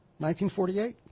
1948